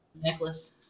necklace